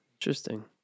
Interesting